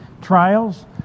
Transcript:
trials